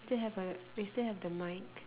still have uh we still have the mic